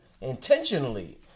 intentionally